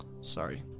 Sorry